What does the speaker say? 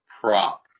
prop